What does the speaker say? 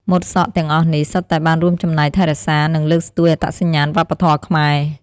ម៉ូតសក់ទាំងអស់នេះ សុទ្ធតែបានរួមចំណែកថែរក្សា និងលើកស្ទួយអត្តសញ្ញាណវប្បធម៌ខ្មែរ។